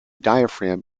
diaphragm